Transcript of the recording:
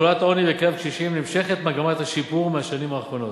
בתחולת העוני בקרב קשישים נמשכת מגמת השיפור מהשנים האחרונות,